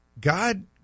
God